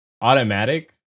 automatic